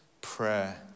prayer